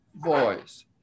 voice